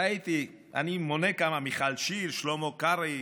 ראיתי, אני מונה כמה: מיכל שיר, שלמה קרעי,